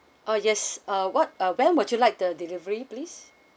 uh yes uh what uh where would you like the delivery please